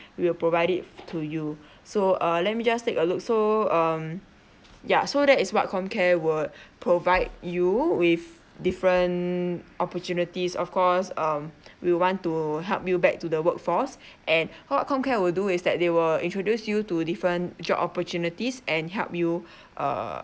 we'll provide it to you so uh let me just take a look so um ya so that is what comcare would provide you with different opportunities of course um we want to help you back to the workforce and com~ comcare will do is that they will introduce you to different job opportunities and help you uh